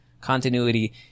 continuity